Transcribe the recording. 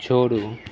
छोड़ू